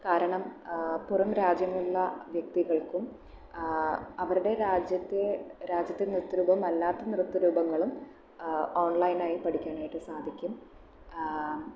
കാരണം പുറം രാജ്യങ്ങളിലുള്ള വ്യക്തികൾക്കും അവരുടെ രാജ്യത്തെ രാജ്യത്തെ നൃത്ത രുപവും അല്ലാത്ത നൃത്ത രൂപങ്ങളും ഓൺലൈനായി പഠിക്കുവാനായിട്ട് സാധിക്കും